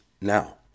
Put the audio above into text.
Now